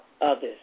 others